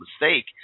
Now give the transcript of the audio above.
mistake